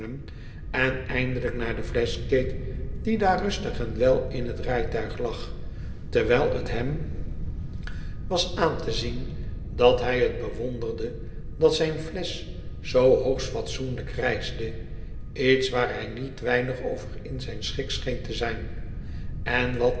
en eindelijk naar de flesch keek die daar rustig en wel in t rijtuig lag terwijl t hem was aan te zien dat hij t bewonderde dat zijn flesch zoo hoogst fatsoenlijk reisde iets waar hij niet weinig over in zijn schik scheen te wezen en wat